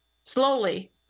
slowly